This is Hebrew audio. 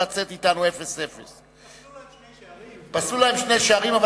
לצאת אתנו 0:0. פסלו להם שני שערים.